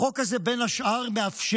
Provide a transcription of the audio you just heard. החוק הזה, בין השאר, מאפשר,